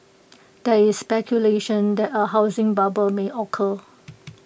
there is speculation that A housing bubble may occur